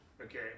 Okay